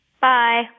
Bye